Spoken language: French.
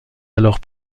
alors